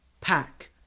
pack